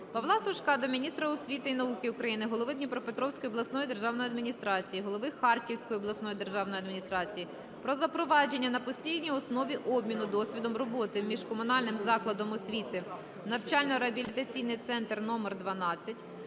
Павла Сушка до міністра освіти і науки України, голови Дніпропетровської обласної державної адміністрації, голови Харківської обласної державної адміністрації про запровадження на постійній основі обміну досвідом роботи між Комунальним закладом освіти "Навчально-реабілітаційний центр №12"